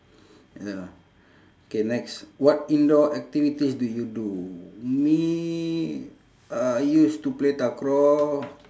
ya lah K next what indoor activities do you do me uh I used to play takraw